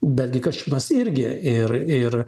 bet gi kasčiūnas irgi ir ir